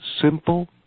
simple